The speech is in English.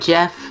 Jeff